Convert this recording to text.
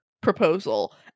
proposal